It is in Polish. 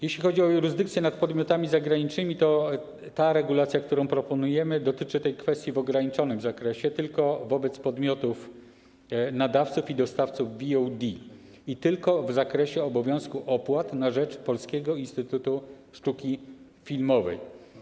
Jeśli chodzi o jurysdykcję nad podmiotami zagranicznymi, to regulacja, którą proponujemy, dotyczy tej kwestii w ograniczonym zakresie, tylko wobec podmiotów nadawców i dostawców VOD i tylko w zakresie obowiązku opłat na rzecz Polskiego Instytutu Sztuki Filmowej.